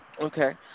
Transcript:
Okay